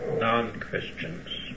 non-Christians